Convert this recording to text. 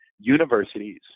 universities